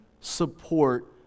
support